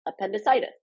appendicitis